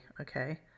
Okay